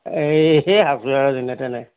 এই সেই আছোঁ আৰু যেনে তেনে